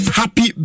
happy